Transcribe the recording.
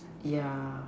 yeah